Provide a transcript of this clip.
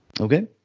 Okay